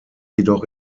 jedoch